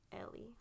Ellie